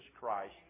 Christ